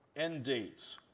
end dates,